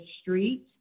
street